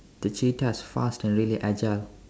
the cheetah is fast and really agile